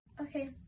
Okay